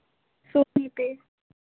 सोने पर